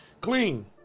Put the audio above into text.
Clean